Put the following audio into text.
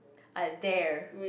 I dare